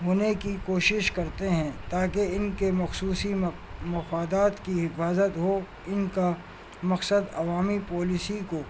ہونے کی کوشش کرتے ہیں تاکہ ان کے خصوصی مفادات کی حفاظت ہو ان کا مقصد عوامی پالیسی کو